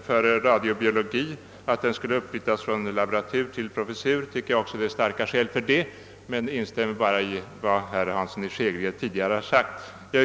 för att laboraturen i radiobiologi omvandlas till en professur, men jag instämmer härvidlag bara i vad herr Hansson i Skegrie tidigare anfört. Herr talman!